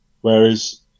whereas